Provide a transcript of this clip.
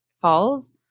falls